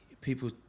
people